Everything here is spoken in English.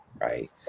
right